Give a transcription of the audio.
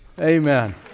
Amen